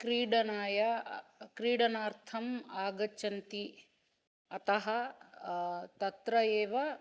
क्रीडनाय क्रीडनार्थम् आगच्छन्ति अतः तत्र एव